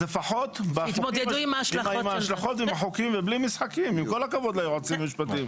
לפחות בלי משחקים בחוקים ובהשלכות.